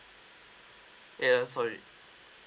ya ya sorry